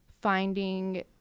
finding